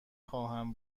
خواهم